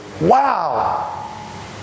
Wow